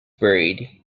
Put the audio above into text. buried